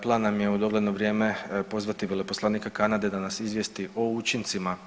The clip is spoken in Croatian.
Plan nam je u dogledno vrijeme pozvati veleposlanika Kanade da nas izvijesti o učincima.